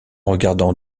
regardant